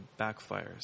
backfires